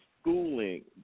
schooling